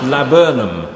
Laburnum